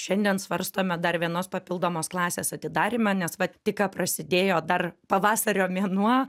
šiandien svarstome dar vienos papildomos klasės atidarymą nes vat tik ką prasidėjo dar pavasario mėnuo